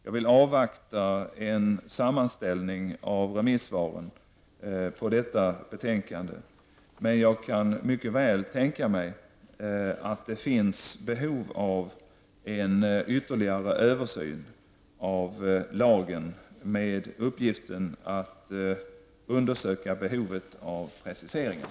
Jag vill avvakta en sammanställning av remissvaren på detta betänkande, men jag kan mycket väl tänka mig att det finns behov av en ytterligare översyn av lagen med uppgiften att undersöka behovet av preciseringar.